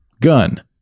gun